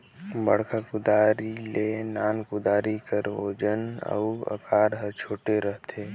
बड़खा कुदारी ले नान कुदारी कर ओजन अउ अकार हर छोटे रहथे